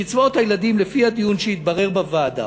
קצבאות הילדים, כפי שהתברר בדיון בוועדה,